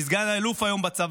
שהיא היום סגן אלוף בצבא,